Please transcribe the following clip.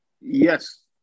Yes